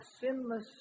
sinless